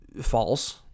False